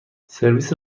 سرویس